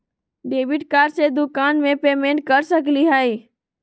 Debit card से दुकान में पेमेंट कर सकली हई?